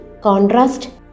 contrast